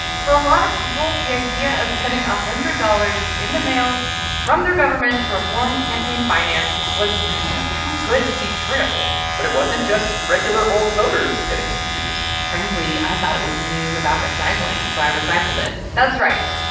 for a lot of people, the idea of getting one hundred dollars in the mail from their government to reform campaign finance was just too good to be true but it wasn't just regular old voters getting confused frankly, i thought it was news about recycling, so i recycled it that's right.